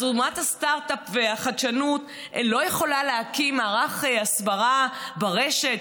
אז אומת הסטרט-אפ והחדשנות לא יכולה להקים מערך הסברה ברשת?